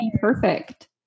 perfect